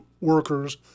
workers